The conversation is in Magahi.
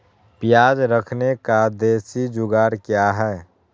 प्याज रखने का देसी जुगाड़ क्या है?